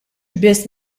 biss